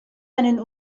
einen